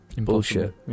bullshit